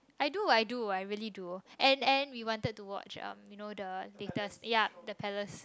I do I do I really do and and we wanted to watch um you know the latest yup the Palace